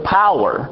power